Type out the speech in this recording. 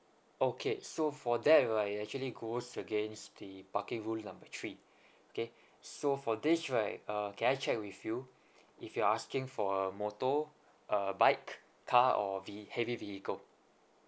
okay so for that right it actually goes against the parking rules number three okay so for this right uh can I check with you if you're asking for a motor a bike car or vehi~ heavy vehicle